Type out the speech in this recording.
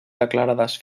declarades